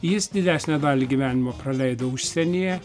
jis didesnę dalį gyvenimo praleido užsienyje